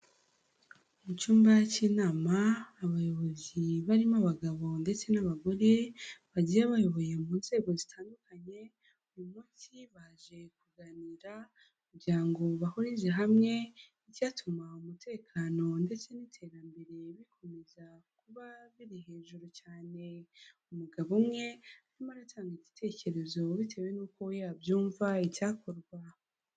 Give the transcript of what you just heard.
Mu cyumba cy'inama, abayobozi barimo abagabo ndetse n'abagore, bagiye bayoboye mu nzego zitandukanye, uyu munsi baje kuganira kugira ngo bahurize hamwe icyatuma umutekano ndetse n'iterambere bikomeza kuba biri hejuru cyane. Umugabo umwe arimo aratanga igitekerezo bitewe nuko we abyumva, icyakorwa.